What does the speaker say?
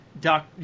Doc